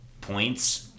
points